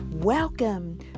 Welcome